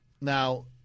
now